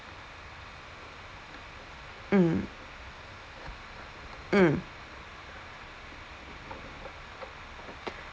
mm mm